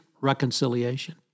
reconciliation